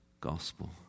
gospel